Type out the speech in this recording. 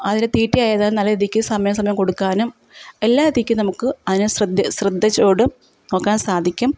അതിനു തീറ്റ ആയിരുന്നാലും നല്ല രീതിക്ക് സമയാ സമയം കൊടുക്കാനും എല്ലാ തീക്കും നമുക്ക് അതിനെ ശ്രദ്ധ ശ്രദ്ധയൊടെ നോക്കാൻ സാധിക്കും